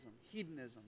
hedonism